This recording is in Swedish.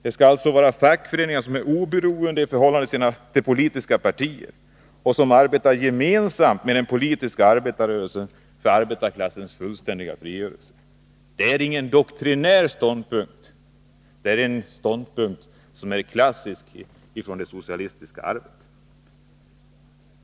Det skall således vara fackföreningar som är oberoende i förhållande till politiska partier men som arbetar gemensamt med den politiska arbetarrörelsen för arbetarklassens fullständiga frigörelse. Det är ingen doktrinär ståndpunkt, utan det är en klassisk ståndpunkt, som härrör från det socialistiska arvet.